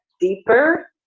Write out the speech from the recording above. deeper